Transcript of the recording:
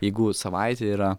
jeigu savaitė yra